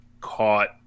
caught